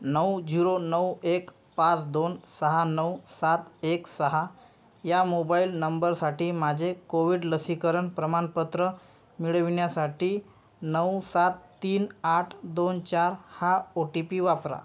नऊ जिरो नऊ एक पाच दोन सहा नऊ सात एक सहा या मोबाईल नंबरसाठी माझे कोविड लसीकरण प्रमाणपत्र मिळवण्यासाठी नऊ सात तीन आठ दोन चार हा ओ टी पी वापरा